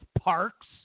parks